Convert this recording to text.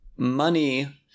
money